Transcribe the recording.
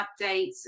updates